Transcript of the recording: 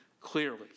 clearly